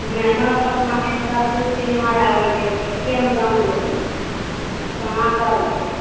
मेहनत कितना छै सब किछु किनुआ आबय छै तऽ किआ नहि दाम लेतय कहाँ पाबियै